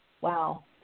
Wow